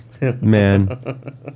man